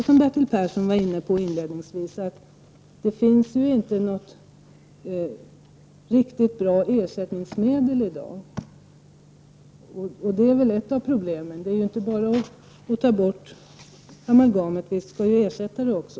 Som Bertil Persson sade i sitt anförande finns det i dag inte något riktigt bra ersättningsmedel till amalgam. Det är ett av problemen. Man kan ju inte bara ta bort amalgam, utan det måste ersättas med något.